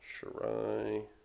Shirai